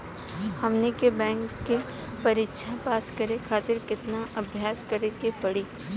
हमनी के बैंक के परीक्षा पास करे खातिर केतना अभ्यास करे के पड़ी?